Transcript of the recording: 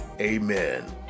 Amen